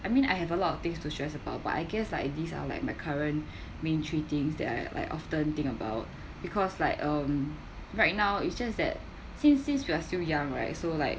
I mean I have a lot of things to share about but I guess like these are like my current main three things that I like often think about because like um right now it's just that since since you are still young right so like